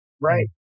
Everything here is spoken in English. right